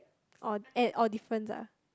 oh and or difference ah